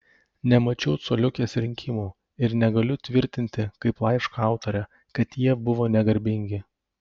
nemačiau coliukės rinkimų ir negaliu tvirtinti kaip laiško autorė kad jie buvo negarbingi